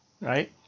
right